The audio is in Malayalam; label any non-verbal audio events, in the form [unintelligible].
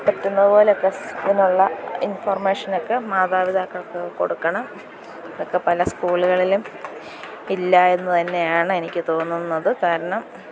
പറ്റുന്ന പോലൊക്കെ [unintelligible] ഇൻഫോർമേഷനൊക്കെ മാതാപിതാക്കൾക്ക് കൊടുക്കണം അതൊക്കെ പല സ്കൂളുകളിലും ഇല്ലായെന്ന് തന്നെയാണ് എനിക്ക് തോന്നുന്നത് കാരണം